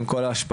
עם כל ההשפעות,